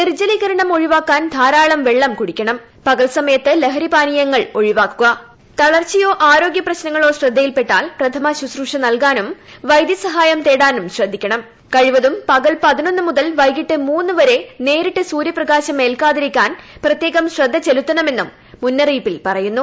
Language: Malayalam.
നിർജലീകരണം ഒഴിവാക്കാൻ ധാരാളം വെള്ളം കുടിക്കണം പകൽ സമയത്ത് ലഹരി പാനീയങ്ങൾ ഒഴിവാക്കുക തളർച്ചയോ ആരോഗ്യ പ്രശ്നങ്ങളോ ശ്രദ്ധയിൽപ്പെട്ടാൽ പ്രഥമ ശുശ്രൂഷ നൽകാനുക് വൈദ്യസഹായം തേടാനും ശ്രദ്ധിക്കണം കഴിവതും പകൽ പ്രസ്തുതൽ വൈകിട്ട് മൂന്നു വരെ നേരിട്ട് സൂര്യപ്രകാശം ഏൽക്കാതിരീക്കാൻ പ്രത്യേകം ശ്രദ്ധ ചെലുത്തണമെന്നും മുന്നറിയിപ്പിൽ പ്രിയ്യുന്നു